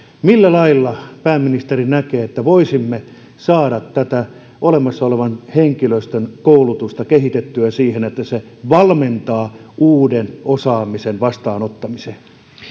millä lailla pääministeri näkee että voisimme saada olemassa olevan henkilöstön koulutusta kehitettyä siihen että se valmentaa uuden osaamisen vastaanottamiseen